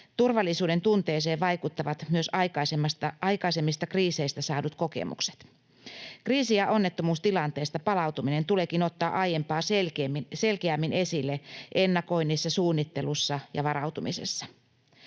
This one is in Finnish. Turvallisuudentunteeseen vaikuttavat myös aikaisemmista kriiseistä saadut kokemukset. Kriisi- ja onnettomuustilanteesta palautuminen tuleekin ottaa aiempaa selkeämmin esille ennakoinnissa, suunnittelussa ja varautumisessa.